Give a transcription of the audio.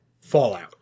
Fallout